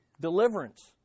Deliverance